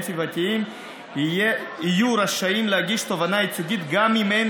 סביבתיים יהיו רשאים להגיש תובענה ייצוגית גם אם אין